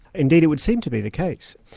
indeed it would seem to be the case,